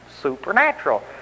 supernatural